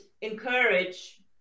encourage